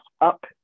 up